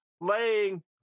laying